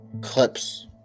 clips